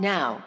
Now